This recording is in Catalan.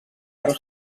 però